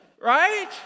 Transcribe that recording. Right